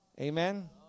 Amen